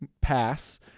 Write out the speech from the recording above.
pass